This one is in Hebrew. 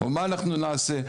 מה אנחנו נעשה,